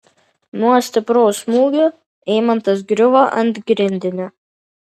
nuo stipraus smūgio eimantas griuvo ant grindinio